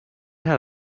had